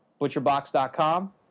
butcherbox.com